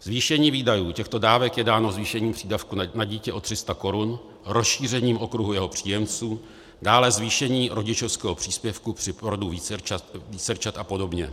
Zvýšení výdajů těchto dávek je dávno zvýšením přídavku na dítě o 300 korun, rozšířením okruhu jeho příjemců, dále zvýšením rodičovského příspěvku při porodu vícerčat a podobně.